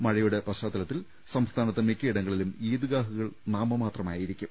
മഴയുടെ പശ്ചാത്തലത്തിൽ സംസ്ഥാനത്ത് മിക്കയിടങ്ങളിലും ഈദ്ഗാഹുകൾ നാമമാത്ര മായിരിക്കും